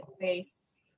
face